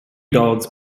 dogs